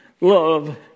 love